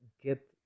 get